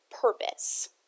purpose